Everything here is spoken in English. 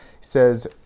says